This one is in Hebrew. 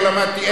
לא למדתי,